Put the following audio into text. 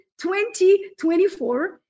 2024